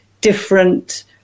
different